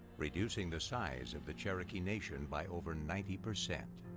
reducing the size of the cherokee nation by over ninety percent